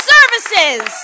Services